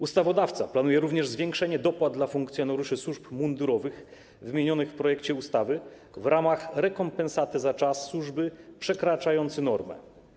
Ustawodawca planuje również zwiększenie dopłat dla funkcjonariuszy służb mundurowych wymienionych w projekcie ustawy w ramach rekompensaty za czas służby przekraczający normę.